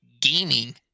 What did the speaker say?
gaming